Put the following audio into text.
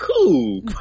cool